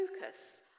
focus